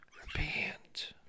Repent